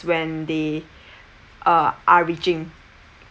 when they uh are reaching